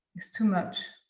it's too much.